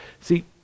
See